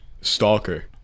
stalker